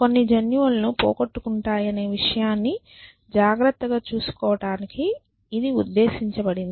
కొన్ని జన్యువులు పోగొట్టుకుంటాయనే విషయాన్ని జాగ్రత్తగా చూసుకోవటానికి ఇది ఉద్దేశించబడింది